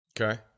okay